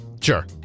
Sure